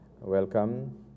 Welcome